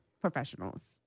professionals